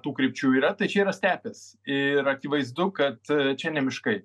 tų krypčių yra tai čia yra stepės ir akivaizdu kad čia ne miškai